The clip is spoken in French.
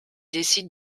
décide